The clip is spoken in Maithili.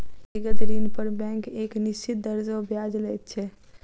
व्यक्तिगत ऋण पर बैंक एक निश्चित दर सॅ ब्याज लैत छै